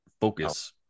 focus